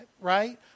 right